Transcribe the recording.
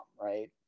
Right